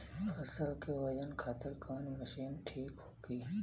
फसल के वजन खातिर कवन मशीन ठीक होखि?